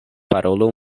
parolu